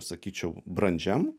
sakyčiau brandžiam